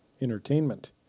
entertainment